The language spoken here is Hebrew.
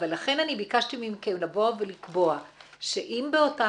לכן אני ביקשתי מכם לבוא ולקבוע שאם באותה